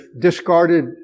discarded